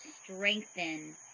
strengthen